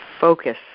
focus